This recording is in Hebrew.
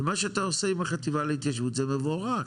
ומה שאתה עושה עם החטיבה להתיישבות זה מבורך.